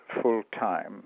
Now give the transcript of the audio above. full-time